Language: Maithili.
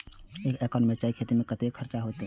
एक एकड़ मिरचाय के खेती में कतेक खर्च होय छै?